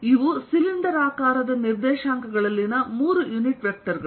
ಇವು ಸಿಲಿಂಡರಾಕಾರದ ನಿರ್ದೇಶಾಂಕಗಳಲ್ಲಿನ ಮೂರು ಯುನಿಟ್ ವೆಕ್ಟರ್ ಗಳು